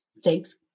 Thanks